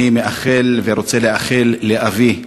אני מאחל ורוצה לאחל לאבי,